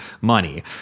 money